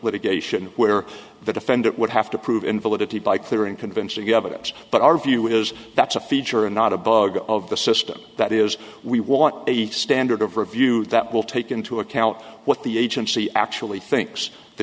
litigation where the defendant would have to prove invalidity by clear and convincing evidence but our view is that's a feature and not a bug of the system that is we want a standard of review that will take into account what the agency actually thinks the